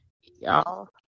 Y'all